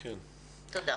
תודה.